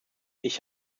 ich